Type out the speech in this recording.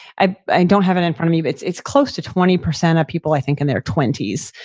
i i don't have it in front of me, but it's it's close to twenty percent of people i think in their twenty s.